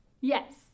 Yes